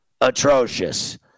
atrocious